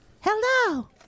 Hello